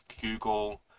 Google